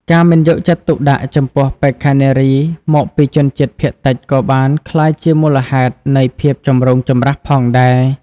ការមិនយកចិត្តទុកដាក់ចំពោះបេក្ខនារីមកពីជនជាតិភាគតិចក៏បានក្លាយជាមូលហេតុនៃភាពចម្រូងចម្រាសផងដែរ។